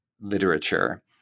literature